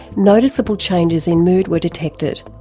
noticeable changes in mood were detected.